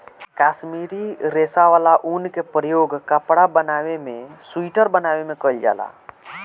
काश्मीरी रेशा वाला ऊन के प्रयोग कपड़ा बनावे में सुइटर बनावे में कईल जाला